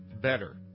better